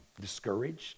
discouraged